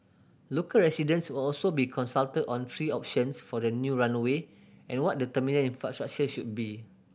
local residents will also be consulted on three options for the new runway and what the terminal infrastructure should be